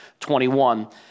21